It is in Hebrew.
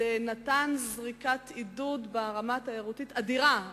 זה נתן זריקת עידוד ברמה תיירותית אדירה,